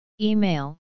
Email